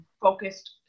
focused